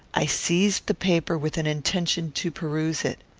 i seized the paper with an intention to peruse it.